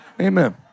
Amen